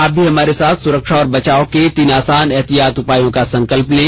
आप भी हमारे साथ सुरक्षा और बचाव के तीन आसान एहतियाती उपायों का संकल्प लें